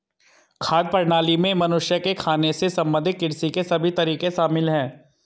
खाद्य प्रणाली में मनुष्य के खाने से संबंधित कृषि के सभी तरीके शामिल है